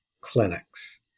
clinics